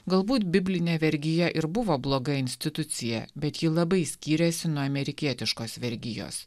galbūt biblinė vergija ir buvo bloga institucija bet ji labai skyrėsi nuo amerikietiškos vergijos